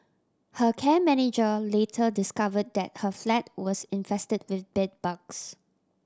her care manager later discovered that her flat was infested with bedbugs